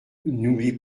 n’oublie